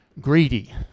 greedy